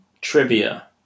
trivia